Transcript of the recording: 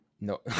No